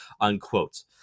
unquote